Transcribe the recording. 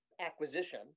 acquisition